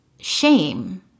shame